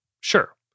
Sure